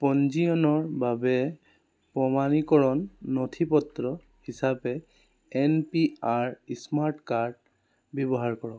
পঞ্জীয়নৰ বাবে প্ৰমাণীকৰণ নথিপত্ৰ হিচাপে N P R smart card ব্যৱহাৰ কৰক